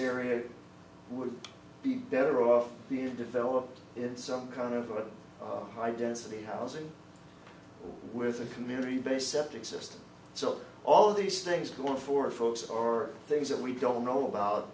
area would be better off being developed in some kind of a high density housing with a community based septic system so all these things going for folks or things that we don't know about